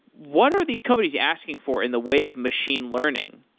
what are these countries asking for in the way of machine learning?